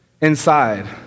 inside